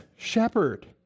shepherd